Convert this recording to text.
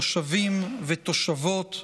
תושבים ותושבות,